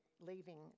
leaving